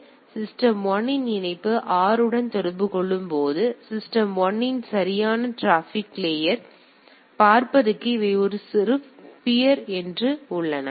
எனவே சிஸ்டம் 1 இன் இணைப்பு 6 உடன் தொடர்பு கொள்ளும்போது சிஸ்டம் 1 இன் சரியான டிராபிக் லேயர் பார்ப்பதற்கு இவை ஒரு பியர் உள்ளன